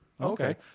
Okay